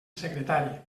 secretari